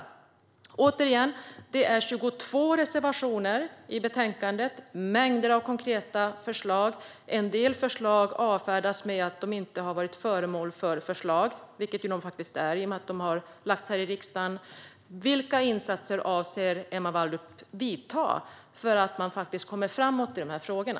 Jag säger det återigen: Det är 22 reservationer i betänkandet, med mängder av konkreta förslag. En del förslag avfärdas med att de inte har varit föremål för förslagslämnande, vilket de har i och med att de har lagts fram här i riksdagen. Vad avser Emma Wallrup att göra för att vi ska komma framåt i de här frågorna?